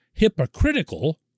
hypocritical